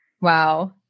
Wow